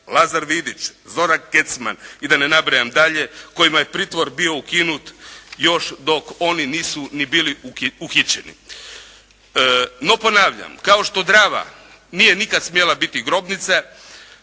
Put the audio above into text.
Lazar Vidić, Zoran Kecman. I da ne nabrajam dalje kojima je pritvor bio ukinut još dok oni nisu ni bili uhićeni. No ponavljam kao što Drava nije nikad smjela biti grobnica